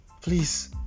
please